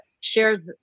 share